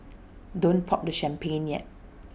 don't pop the champagne yet